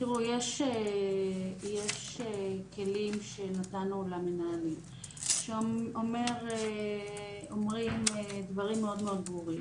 יש כלים שנתנו למנהלים שהם אומרים דברים מאוד מאוד ברורים.